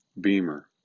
Beamer